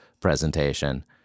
presentation